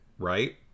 right